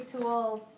tools